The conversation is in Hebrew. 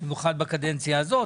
במיוחד בקדנציה הזאת.